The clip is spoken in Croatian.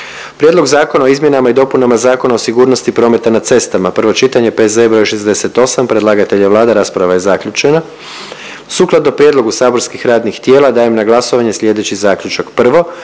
Prijedlog Zakona o izmjenama i dopunama Zakona o osiguranju, prvo čitanje, P.Z.E. broj 66. Predlagatelj je Vlada, rasprava je zaključena. Sukladno prijedlogu saborskih radnih tijela dajem na glasovanje slijedeći zaključak.